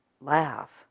laugh